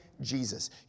Jesus